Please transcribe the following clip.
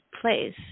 place